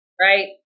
right